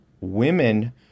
Women